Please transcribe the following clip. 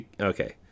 Okay